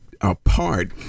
apart